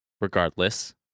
Regardless